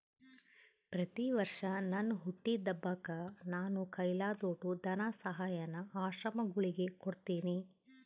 ಪ್ರತಿವರ್ಷ ನನ್ ಹುಟ್ಟಿದಬ್ಬಕ್ಕ ನಾನು ಕೈಲಾದೋಟು ಧನಸಹಾಯಾನ ಆಶ್ರಮಗುಳಿಗೆ ಕೊಡ್ತೀನಿ